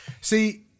See